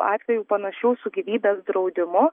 atvejų panašių su gyvybės draudimu